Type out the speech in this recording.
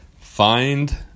find